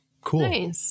cool